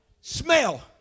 Smell